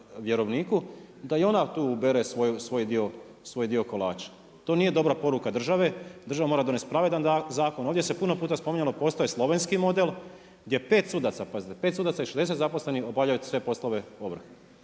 da i ona tu ubere svoj dio kolača. To nije dobra poruka države, država mora donesti pravedan zakon. Ovdje se puno puta spominjalo, postoji slovenski model gdje pet sudaca, pazite pet sudaca i šezdeset zaposlenih obavljaju sve poslove ovrhe.